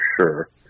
sure